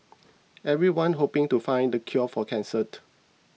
everyone's hoping to find the cure for cancer to